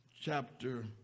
chapter